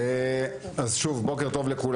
אין מה להתגאות.